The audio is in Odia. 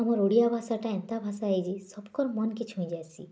ଆମର୍ ଓଡ଼ିଆ ଭାଷାଟା ଏନ୍ତା ଭାଷା ହେଇଛି ସବକର୍ ମନକେ ଛୁଇଁଯାଏସିଁ